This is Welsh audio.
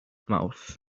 mawrth